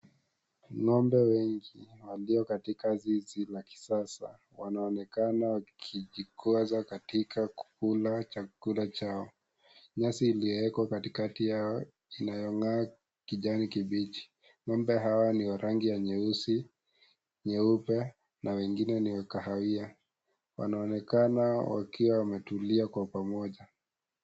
Ngombe wengi walio katika zizi la kisasa , wanaonekana wakijikwaza katika kukula chakula chao nyasi iliyowekwa katikati yao inayongaa kijani kibichi. Ngombe hawa ni wa rangi nyeusi , nyeupe na wengine ni wa kahawia wanaonekana wakiwa wametulia pamoja.